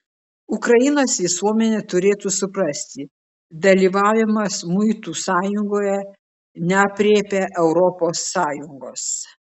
ukrainos visuomenė turėtų suprasti dalyvavimas muitų sąjungoje neaprėpia europos sąjungos